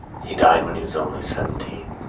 he died when he was only seventeen.